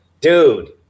dude